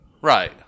Right